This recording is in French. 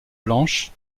blanche